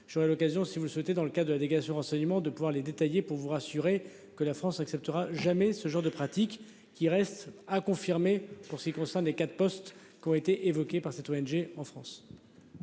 j'aurai l'occasion si vous le souhaitez dans le cas de la délégation enseignement de pouvoir les détailler. Pour vous rassurer que la France n'acceptera jamais ce genre de pratiques qui reste à confirmer. Pour ce qui concerne les quatre postes qui ont été évoqués par cette ONG en France.